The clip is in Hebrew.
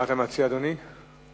מה אתה מציע, אדוני?